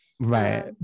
Right